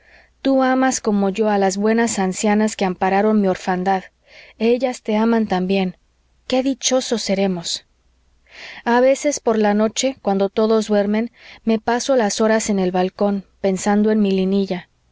tú amas como yo a las buenas ancianas que ampararon mi orfandad ellas te aman también qué dichosos seremos a veces por la noche cuando todos duermen me paso las horas en el balcón pensando en